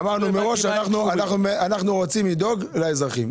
אנחנו רוצים לדאוג לאזרחים.